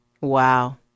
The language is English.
Wow